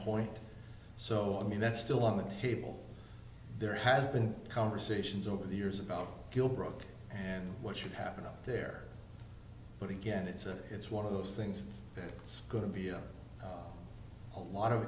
point so i mean that's still on the table there has been conversations over the years about gilbride and what should happen out there but again it's a it's one of those things it's going to be a whole lot of